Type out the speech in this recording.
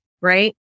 right